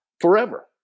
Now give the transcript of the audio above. forever